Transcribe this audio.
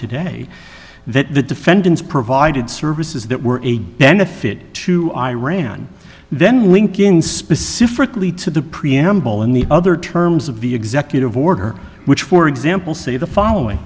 today that the defendants provided services that were a benefit to iran then link in specifically to the preamble and the other terms of the executive order which for example say the following